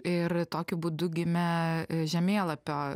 ir tokiu būdu gimė žemėlapio